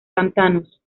pantanos